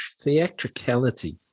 theatricality